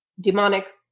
demonic